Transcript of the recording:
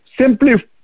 Simply